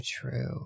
true